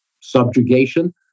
subjugation